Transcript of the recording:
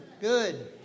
Good